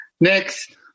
Next